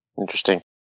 Interesting